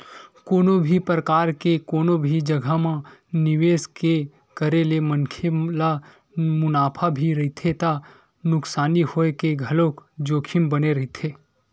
कोनो भी परकार के कोनो भी जघा म निवेस के करे ले मनखे ल मुनाफा भी रहिथे त नुकसानी होय के घलोक जोखिम बने रहिथे